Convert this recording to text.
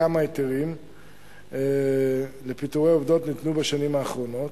כמה היתרים לפיטורי עובדות ניתנו בשנים האחרונות,